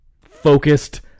focused